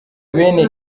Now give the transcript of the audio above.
bene